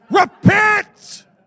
Repent